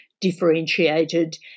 differentiated